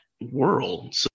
world